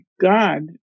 God